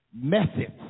methods